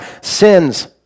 sins